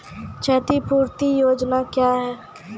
क्षतिपूरती योजना क्या हैं?